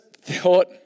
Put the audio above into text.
thought